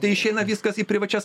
tai išeina viskas į privačias